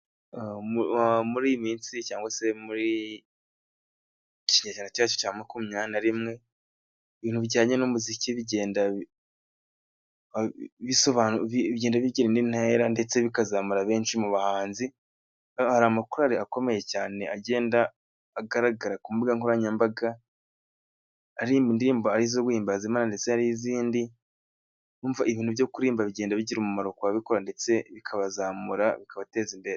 Muri iyi minsi cyangwa se muri iki kinyejana cyacu cya makumyabiri na rimwe， ibintu bijyanye n'umuziki bigenda bigira indi ntera， ndetse bikazamura benshi mu bahanzi， hari amakorari akomeye cyane agenda agaragara ku mbuga nkoranyambaga， aririmba indirimbo ari izo guhimbaza Imana ndetse hari n’izindi，urumva ibintu byo kuririmba bigenda bigira umumaro ku babikora ndetse bikabazamura bikabateza imbere.